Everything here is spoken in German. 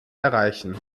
erreichen